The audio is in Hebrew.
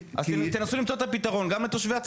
אז מעצימים פה את הפער בין המרכז לפריפריה.